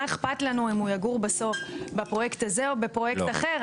מה אכפת לנו אם הוא יגור בסוף בפרויקט הזה או בפרויקט אחר,